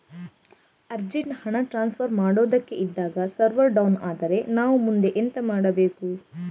Urgent ಹಣ transfer ಮಾಡೋದಕ್ಕೆ ಇದ್ದಾಗ ಸರ್ವರ್ ಡೌನ್ ಆದರೆ ನಾವು ಮುಂದೆ ಎಂತ ಮಾಡಬೇಕು?